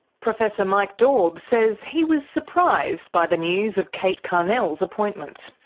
professor mike daube says he was surprised by the news of kate carnell's appointment.